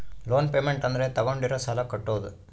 loan payment ಅಂದ್ರ ತಾಗೊಂಡಿರೋ ಸಾಲ ಕಟ್ಟೋದು